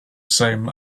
same